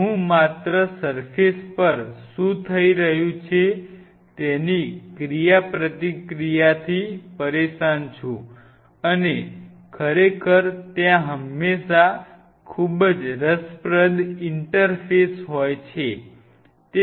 હું માત્ર સર્ફેસ પર શું થઈ રહ્યું છે તેની પ્રતિક્રિયાથી પરેશાન છું અને ખરેખર ત્યાં હંમેશા ખૂબ જ રસપ્રદ ઈન્ટરફેસ હોય છે